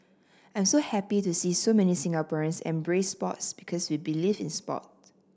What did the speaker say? I'm so happy to see so many Singaporeans embrace sports because we believe in sport